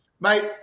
Mate